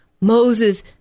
Moses